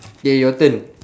ya your turn